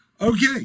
Okay